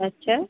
अच्छा